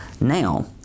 now